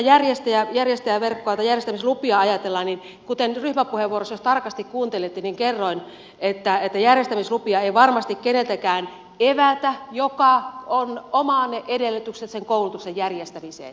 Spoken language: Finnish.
ja jos näitä järjestämislupia ajatellaan niin ryhmäpuheenvuorossa jos tarkasti kuuntelitte kerroin että järjestämislupia ei varmasti evätä keneltäkään joka omaa edellytykset koulutuksen järjestämiseen